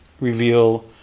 reveal